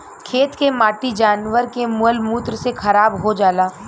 खेत के माटी जानवर के मल मूत्र से खराब हो जाला